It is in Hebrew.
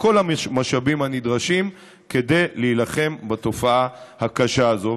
כל המשאבים הנדרשים כדי להילחם בתופעה הקשה הזאת.